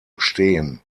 stehen